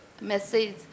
message